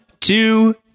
two